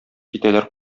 китәләр